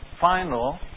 final